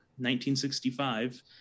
1965